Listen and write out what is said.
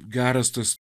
geras tas